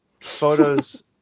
photos